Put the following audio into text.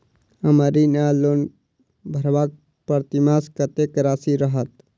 हम्मर ऋण वा लोन भरबाक प्रतिमास कत्तेक राशि रहत?